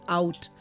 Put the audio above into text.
out